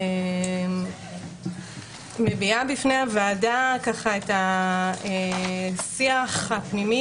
אני מביעה בפני הוועדה את השיח הפנימי